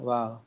Wow